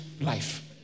life